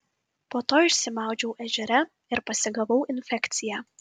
po to išsimaudžiau ežere ir pasigavau infekciją